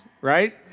Right